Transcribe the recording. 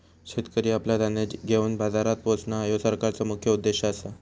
शेतकरी आपला धान्य घेवन बाजारात पोचणां, ह्यो सरकारचो मुख्य उद्देश आसा